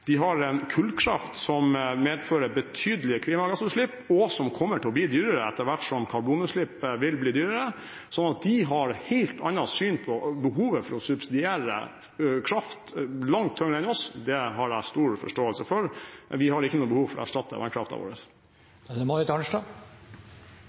de atomkraftforsyning, som blir stadig dyrere. De har kullkraft, som medfører betydelige klimagassutslipp, og som kommer til å bli dyrere etter hvert som karbonutslipp vil bli dyrere. Så de har et helt annet syn på behovet for å subsidiere kraft langt tyngre enn det vi har, det har jeg stor forståelse for. Vi har ikke noe behov for å erstatte